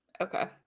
okay